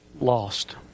lost